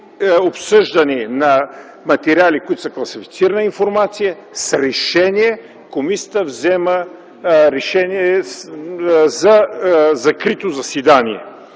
обсъждане на материали, които са класифицирана информация, комисията взема решение за закрито заседание.”